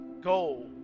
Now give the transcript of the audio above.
goal